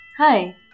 Hi